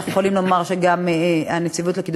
אנחנו יכולים לומר שגם הנציבות לקידום